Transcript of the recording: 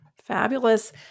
Fabulous